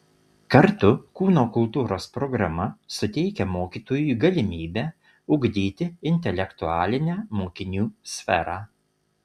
kartu kūno kultūros programa suteikia mokytojui galimybę ugdyti intelektualinę mokinių sferą